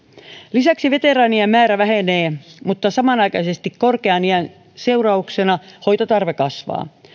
lisäksi veteraanien määrä vähenee mutta samanaikaisesti korkean iän seurauksena hoitotarve kasvaa